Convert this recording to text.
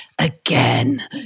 again